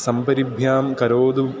सम्परिभ्यां करोतु